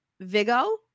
Vigo